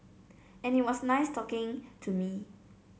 and it was nice talking to me